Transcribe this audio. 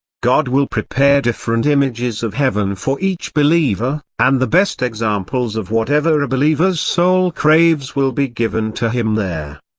god will prepare different images of heaven for each believer, and the best examples of whatever a believer's soul craves will be given to him there.